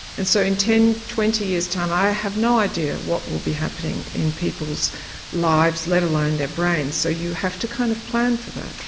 and so in ten twenty years time i have no idea what will be happening in people's lives, let alone their brain. so you have to kind of plan for that.